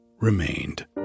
remained